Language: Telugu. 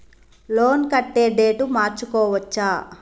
లోన్ కట్టే డేటు మార్చుకోవచ్చా?